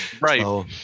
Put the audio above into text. Right